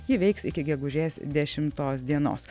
ji veiks iki gegužės dešimtos dienos